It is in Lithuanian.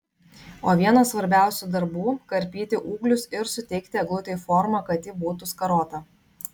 o vienas svarbiausių darbų karpyti ūglius ir suteikti eglutei formą kad ji būtų skarota